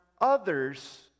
others